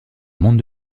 monde